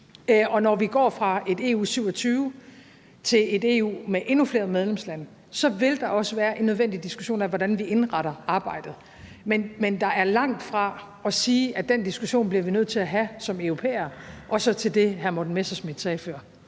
Og når vi går fra et EU 27 til et EU med endnu flere medlemslande, så vil der også komme en nødvendig diskussion af, hvordan vi indretter arbejdet. Men der er langt fra at sige, at vil blive nødt til at have den diskussion som europæere, og så til det, som hr. Morten Messerschmidt sagde før.